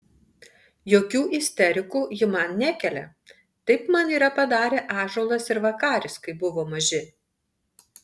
jokių isterikų ji man nekelia taip man yra padarę ąžuolas ir vakaris kai buvo maži